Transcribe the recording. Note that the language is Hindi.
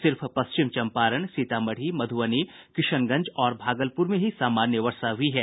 सिर्फ पश्चिम चम्पारण सीतामढ़ी मध्रबनी किशनगंज और भागलपुर में ही सामान्य वर्षा हुई है